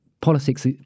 politics